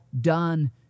done